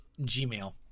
Gmail